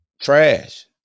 trash